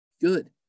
good